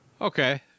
Okay